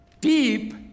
deep